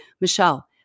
Michelle—